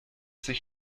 sich